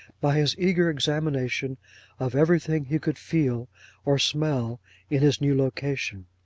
by his eager examination of everything he could feel or smell in his new location.